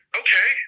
okay